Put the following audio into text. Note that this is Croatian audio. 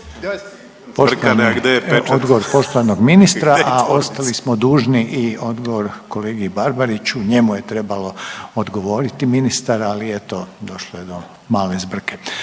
Odgovor poštovanog ministra, a ostali smo dužni i odgovor kolegi Barbariću, njemu je trebao odgovoriti ministar, ali eto došlo je do male zbrke,